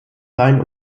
sein